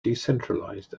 decentralized